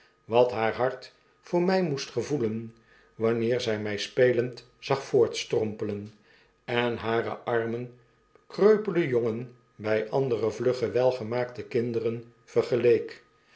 wat haar hart voor mij moest gevoelen wanneer zij mij spelend zag voortstrompelen en harenarmenkreupelenjongen bij andere vlugge welgemaakte kinderen